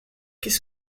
qu’est